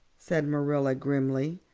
said marilla grimly.